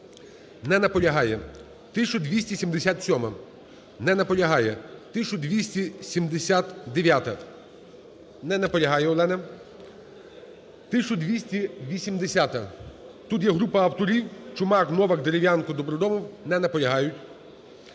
Не наполягає. 1277-а. Не наполягає. 1279-а. Не наполягає Олена. 1280-а. Тут є група авторів: Чумак, Новак, Дерев'янко, Новак, Добродомов. Не наполягають.